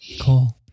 Cool